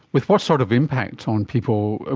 with what sort of impact on people? ah